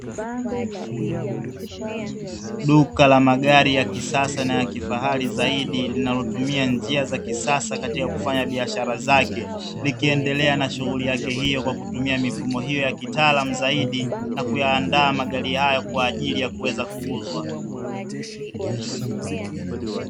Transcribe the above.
Duka la magari ya kisasa na ya kifahari zaidi, linalotumia njia za kisasa katika kufanya biashara zake. Likiendelea na shughuli yake hiyo kwa kutumia mifumo hiyo ya kitaalamu zaidi na kuyaandaa magari hayo kwa ajili ya kwenda kuuzwa.